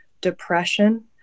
depression